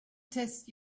test